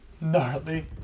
gnarly